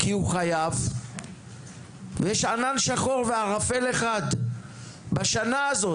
כי הוא חייב; ויש ענן שחור וערפל אחד; בשנה הזו